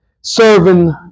serving